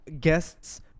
guests